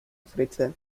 africe